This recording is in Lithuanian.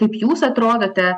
ir kaip jūs atrodote